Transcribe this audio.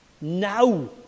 now